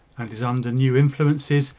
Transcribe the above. and is under new influences,